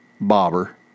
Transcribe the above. bobber